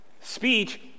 Speech